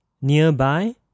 nearby